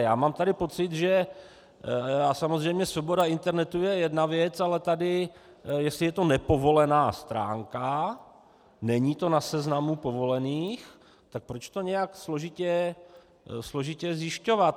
Já mám tady pocit, že samozřejmě svoboda internetu je jedna věc, ale tady, jestli je to nepovolená stránka, není to na seznamu povolených, tak proč to nějak složitě zjišťovat?